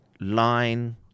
line